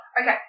Okay